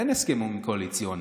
אין הסכמים קואליציוניים.